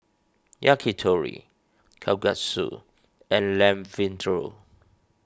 Yakitori Kalguksu and Lamb Vindaloo